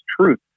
truth